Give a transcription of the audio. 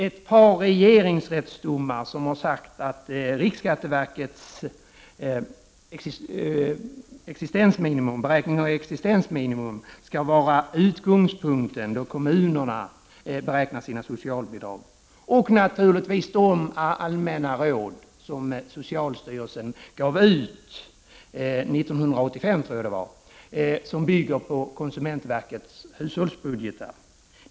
Ett par regeringsrättsdomar har sagt att riksskatteverkets beräkning av existensminimum skall vara utgångspunkten då kommunerna beräknar sina socialbidrag och naturligtvis de allmänna råd som socialstyrelsen gav ut 1985, tror jag, och som bygger på konsumentverkets hushållsbudgetar.